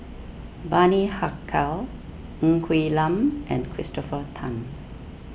Bani Haykal Ng Quee Lam and Christopher Tan